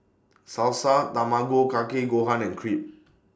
Salsa Tamago Kake Gohan and Crepe